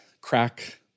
crack